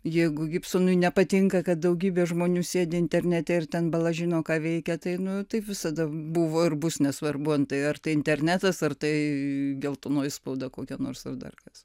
jeigu gibsonui nepatinka kad daugybė žmonių sėdi internete ir ten bala žino ką veikia tai nu taip visada buvo ir bus nesvarbu antai ar tai internetas ar tai geltonoji spauda kokia nors ar dar kas